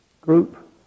group